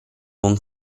buon